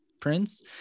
Prince